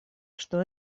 что